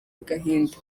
agahinda